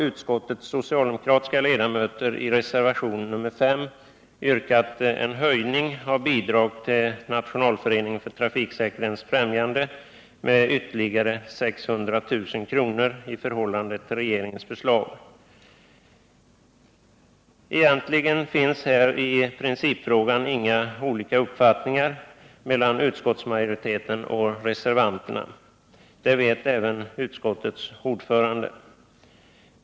Utskottets socialdemokratiska ledamöter har i reservationen 5 yrkat höjning av bidraget till Nationalföreningen för trafiksäkerhetens främjande med ytterligare 600 000 kr. i förhållande till regeringens förslag. Egentligen finns det i principfrågan inga olika uppfattningar mellan utskottsmajoriteten och reservanterna — det vet också utskottets ordförande.